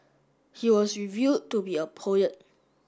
he was revealed to be a poet